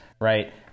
right